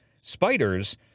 spiders